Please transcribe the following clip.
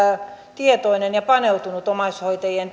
tietoinen omaishoitajien